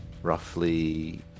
Roughly